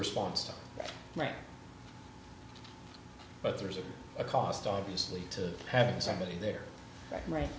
response right but there's a cost obviously to having somebody there right